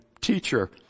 teacher